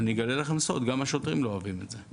אני אגלה לכם סוד, גם השוטרים לא אוהבים את זה.